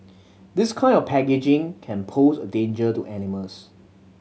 this kind of packaging can pose a danger to animals